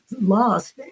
lost